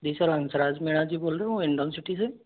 जी sir Hansraj Meena ji बोल रहे हो हिंडोन सिटी से